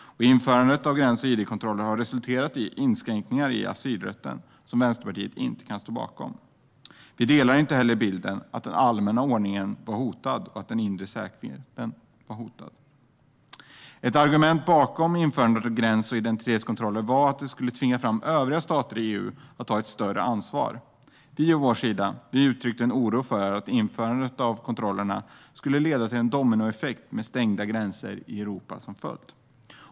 Införandet av gräns och id-kontroller har resulterat i inskränkningar i asylrätten som Vänsterpartiet inte kan stå bakom. Vi delar inte heller bilden av att den allmänna ordningen och den inre säkerheten var hotade. Ett argument bakom införandet av gräns och identitetskontroller var att det skulle tvinga fram övriga stater i EU att ta ett större ansvar. Vi å vår sida uttryckte en oro för att införandet av kontrollerna skulle leda till en dominoeffekt med stängda gränser genom hela Europa som följd.